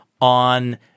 on